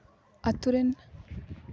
ᱟᱛᱳ ᱨᱮᱱ